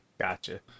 Gotcha